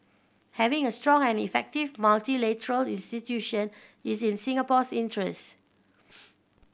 having a strong and effective multilateral institution is in Singapore's interest